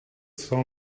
saw